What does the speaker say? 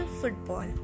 Football